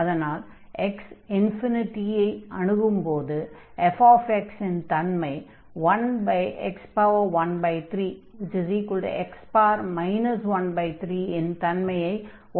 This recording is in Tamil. அதனால் x ஐ அணுகும்போது fx இன் தன்மை 1x13x 13 இன் தன்மையை ஒத்ததாக இருக்கும்